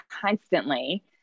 constantly